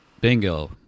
Bingo